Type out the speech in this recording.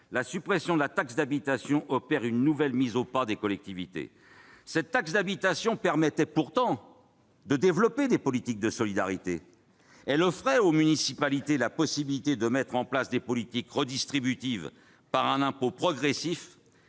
la suppression de la taxe d'habitation opère une nouvelle mise au pas des collectivités. Cette taxe permettait pourtant de développer des politiques de solidarité. Elle offrait aux municipalités la possibilité de mettre en place des politiques redistributives grâce à un impôt progressif